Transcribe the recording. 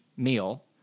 meal